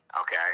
Okay